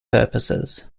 purposes